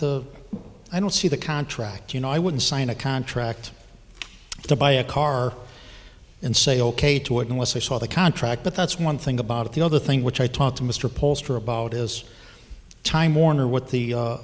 the i don't see the contract you know i wouldn't sign a contract to buy a car and say ok to it unless i saw the contract but that's one thing about it the other thing which i talked to mr pollster about is time warner what the